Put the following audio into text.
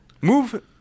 Move